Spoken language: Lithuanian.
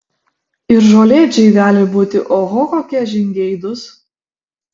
ir žolėdžiai gali būti oho kokie žingeidūs